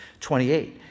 28